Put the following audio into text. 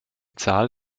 zahl